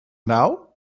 now